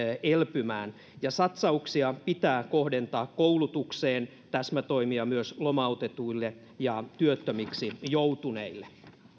elpymään ja satsauksia pitää kohdentaa koulutukseen täsmätoimia myös lomautetuille ja työttömiksi joutuneille